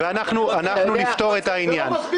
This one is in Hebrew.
אנחנו נפתור את העניין.